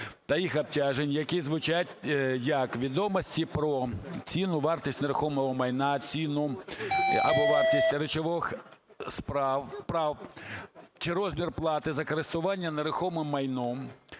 та їх обтяжень", які звучать як відомості про ціну, вартість нерухомого майна, ціну або вартість речових прав чи розмір плати за користування нерухомим майном